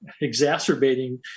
exacerbating